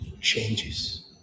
changes